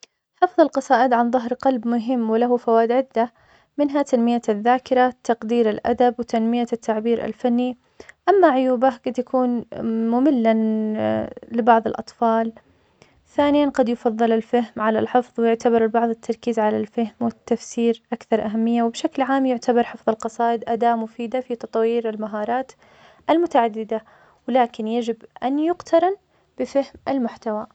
حفظ القصائد عن ظهر قلب مهم, وله فوائد عدة, منها تنمية الذاكرة, تقدير الأدب, وتنمية التعبير الفني, أما عيوبه, قد يكون مملاً لبعض الأطفال, ثانياً, قد يفضل الفهم على الحفظ, ويعتبر البعض التركيز على الفهم والتفسير أكثر أهمية, وبشكل عام يعتبر حفظ القصايد, أداة مفيدة في تطوير المهارات المتعددة, ولكن يجب أن يقترن بفهم المحتوى